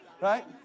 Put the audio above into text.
Right